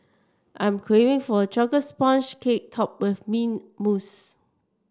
I'm craving for a chocolate sponge cake topped with mint mousse